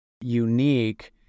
unique